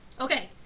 Okay